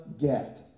get